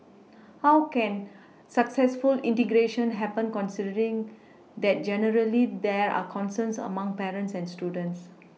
how can successful integration happen considering that generally there are concerns among parents and students